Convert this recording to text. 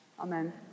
Amen